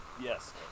Yes